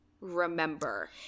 remember